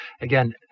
again